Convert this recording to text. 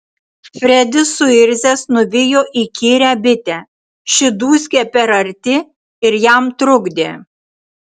fredis suirzęs nuvijo įkyrią bitę ši dūzgė per arti ir jam trukdė